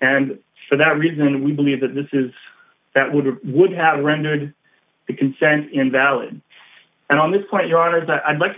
and for that reason we believe that this is that would or would have rendered the consent invalid and on this point your honor as i'd like to